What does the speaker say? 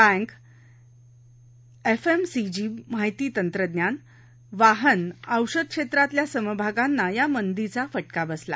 bank FMCG माहिती तंत्रज्ञान वाहन औषध क्षेत्रातल्या समभागांना या मंदीचा फटका बसला